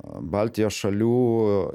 baltijos šalių